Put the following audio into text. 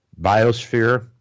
biosphere